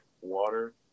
water